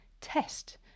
test